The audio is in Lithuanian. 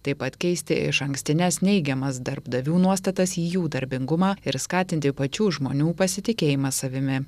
taip pat keisti išankstines neigiamas darbdavių nuostatas į jų darbingumą ir skatinti pačių žmonių pasitikėjimą savimi